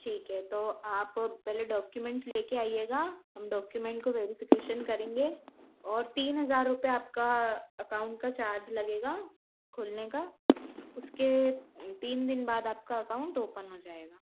ठीक है तो आप पहले डॉक्यूमेंट ले कर आइएगा हम डॉक्यूमेंट को वेरिफिकेशन करेंगे और तीन हज़ार रुपये आपका अकाउंट का चार्ज लगेगा खोलने का उसके तीन दिन बाद आपका अकाउंट ओपन हो जाएगा